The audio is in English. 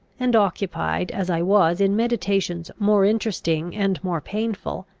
and, occupied as i was in meditations more interesting and more painful,